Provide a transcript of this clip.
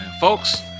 folks